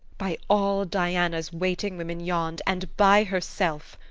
by all diana's waiting women yond, and by herself,